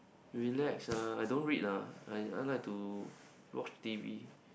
relax lah I don't read lah I I like to watch T_V